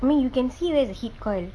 I mean you can see where's the heat coil